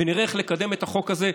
ונראה איך לקדם את החוק הזה,